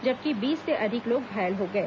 जबकि बीस से अधिक लोग घायल हो गए